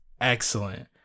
excellent